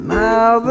now